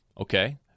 okay